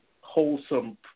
wholesome